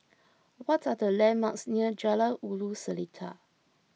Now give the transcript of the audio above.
what are the landmarks near Jalan Ulu Seletar